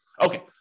Okay